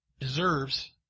deserves